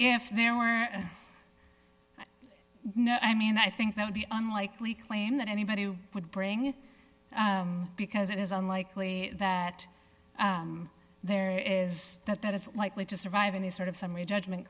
if there were no i mean i think that would be unlikely claim that anybody would bring it because it is unlikely that there is that that is likely to survive any sort of summary judgment